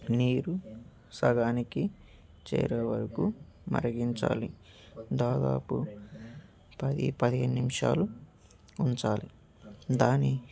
నీరు సగానికి చేరే వరకు మరిగించాలి దాదాపు పది పదిహేను నిమిషాలు ఉంచాలి దాన్ని